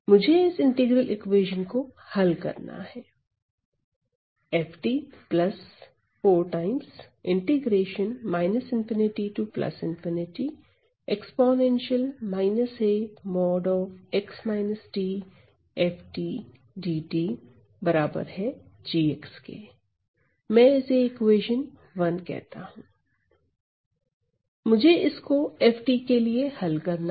मुझे इस integral equation को हल करना है मुझे इसको f के लिए हल करना है